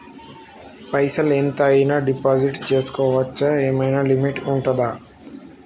పైసల్ ఎంత అయినా డిపాజిట్ చేస్కోవచ్చా? ఏమైనా లిమిట్ ఉంటదా?